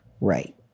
Right